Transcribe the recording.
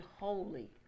holy